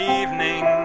evening